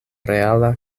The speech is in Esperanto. reala